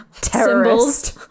Terrorist